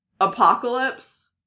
Apocalypse